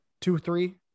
two-three